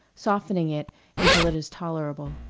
softening it until it is tolerable.